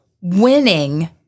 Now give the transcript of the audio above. winning